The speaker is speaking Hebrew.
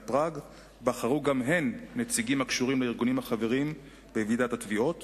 פראג בחרו גם הן נציגים הקשורים לארגונים החברים בוועידת התביעות